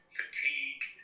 fatigue